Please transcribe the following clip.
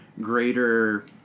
greater